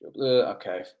okay